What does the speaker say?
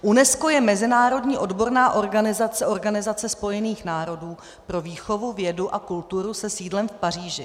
UNESCO je mezinárodní odborná organizace Organizace spojených národů pro výchovu, vědu a kulturu se sídlem v Paříži.